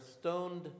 stoned